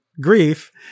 Grief